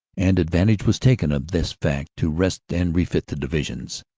and advantage was taken of this fact to rest and refit the divisions.